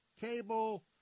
cable